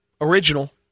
original